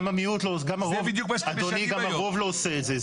גם המיעוט לא, גם הרוב לא עושה את זה.